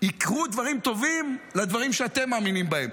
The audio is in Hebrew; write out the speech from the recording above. יקרו דברים טובים לדברים שאתם מאמינים בהם.